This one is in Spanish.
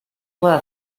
puedo